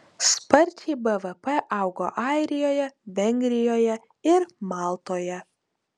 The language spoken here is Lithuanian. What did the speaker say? sparčiai bvp augo airijoje vengrijoje ir maltoje